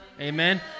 Amen